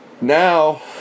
now